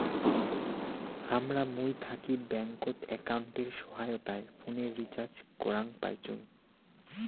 হামরা মুই থাকি ব্যাঙ্কত একাউন্টের সহায়তায় ফোনের রিচার্জ করাং পাইচুঙ